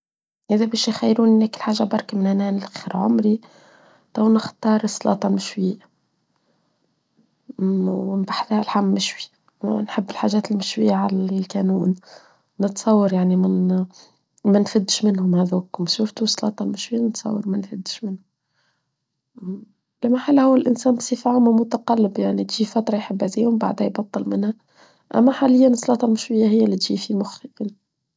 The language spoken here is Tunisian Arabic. هذا بشي خيروني ناكل حاجة برك من أنا لأخر عمري طبعاً نختار صلاطة مشوية ونبحث على الحم مشوي ونحب الحاجات المشوية على الكنون نتصور يعني من ما نفدش منهم هذوك ومشوفتوا صلاطة مشوية نتصور ما نفدش منهم لما حاله هو الإنسان بصفاعه ممتقلب يعني تجي فترة يحبزيهم بعدها يبطل منها أما حالياً صلاطة مشوية هي اللي تجي في مخي.